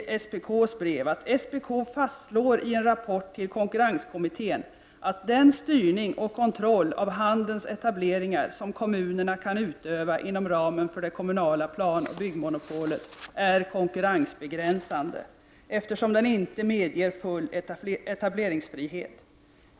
I SPK:s nyhetsbrev står följande: ”SPK fastslår i en rapport till konkurrenskommittén att den styrning och kontroll av handelns etableringar som kommunerna kan utöva inom ramen för det kommunala planoch byggmonopolet är konkurrensbegränsande eftersom den inte medger full etableringsfrihet.